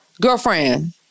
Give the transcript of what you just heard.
Girlfriend